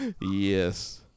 Yes